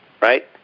right